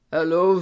Hello